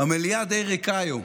המליאה די ריקה היום,